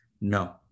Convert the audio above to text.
no